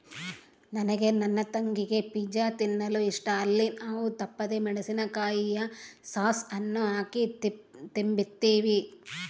ನನಗೆ ನನ್ನ ತಂಗಿಗೆ ಪಿಜ್ಜಾ ತಿನ್ನಲು ಇಷ್ಟ, ಅಲ್ಲಿ ನಾವು ತಪ್ಪದೆ ಮೆಣಿಸಿನಕಾಯಿಯ ಸಾಸ್ ಅನ್ನು ಹಾಕಿ ತಿಂಬ್ತೀವಿ